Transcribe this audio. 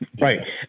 Right